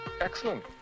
Excellent